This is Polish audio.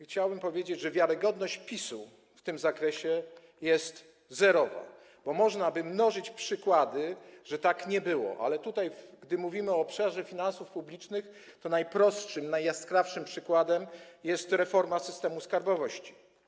Chciałbym powiedzieć, że wiarygodność PiS-u w tym zakresie jest zerowa, bo można by mnożyć przykłady, że tak nie było, ale tutaj, gdy mówimy o obszarze finansów publicznych, najprostszym, najjaskrawszym przykładem jest reforma systemu skarbowości.